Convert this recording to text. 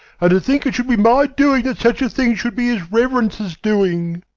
and to think it should be my doing that such a thing should be his reverence's doing!